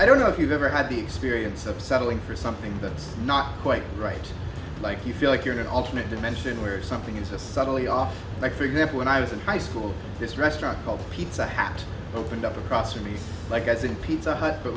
i don't know if you've ever had the experience of settling for something that's not quite right like you feel like you're going to alternate dimension where something is a subtly off like for example when i was in high school this restaurant called pizza had opened up across to me like as in pizza hut but